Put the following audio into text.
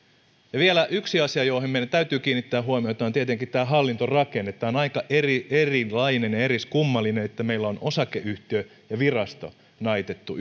vielä yksi asia johon meidän täytyy kiinnittää huomiota on tietenkin tämä hallintorakenne tämä on aika erilainen ja eriskummallinen kun meillä on osakeyhtiö ja virasto naitettu